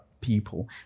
People